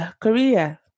Korea